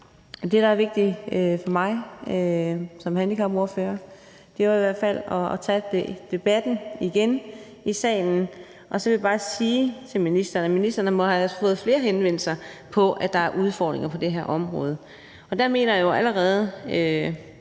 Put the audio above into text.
Det, der er vigtigt for mig som handicapordfører, er jo i hvert fald at tage debatten igen i salen, og så vil jeg bare sige til ministeren – og ministeren må jo have fået flere henvendelser om det – at der er udfordringer på det her område, og der mener jeg jo allerede